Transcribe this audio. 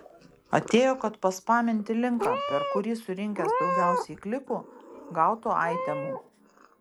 atėjo kad paspaminti linką per kurį surinkęs daugiausiai klikų gautų aitemų